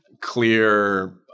clear